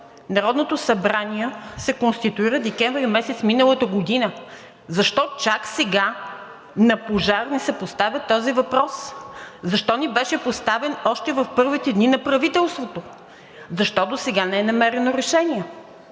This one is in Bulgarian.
Народното събрание се конституира декември месец миналата година, защо чак сега на пожар ни се поставя този въпрос, защо не беше поставен още в първите дни на правителството, защо досега не е намерено решение?